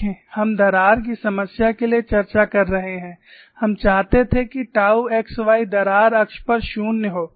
देखें हम दरार की समस्या के लिए चर्चा कर रहे हैं हम चाहते थे कि टाऊ x y दरार अक्ष पर 0 हो